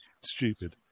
stupid